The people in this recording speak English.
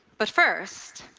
but first,